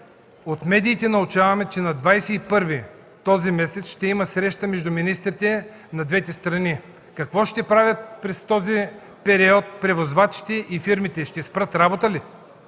От медиите научаваме, че на 21-ви този месец ще има среща между министрите на двете страни. Какво ще правят през този период превозвачите и фирмите, ще спрат работа ли?